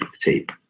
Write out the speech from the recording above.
tape